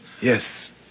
Yes